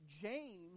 James